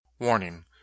Warning